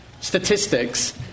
statistics